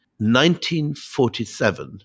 1947